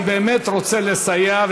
אני באמת רוצה לסייע.